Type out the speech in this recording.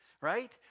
right